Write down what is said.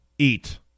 Eat